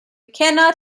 cannot